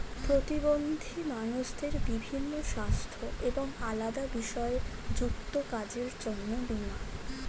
প্রতিবন্ধী মানুষদের বিভিন্ন সাস্থ্য এবং আলাদা বিষয় যুক্ত কাজের জন্য বীমা